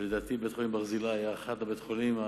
לדעתי, בית-חולים "ברזילי" היה אחד מבתי-החולים,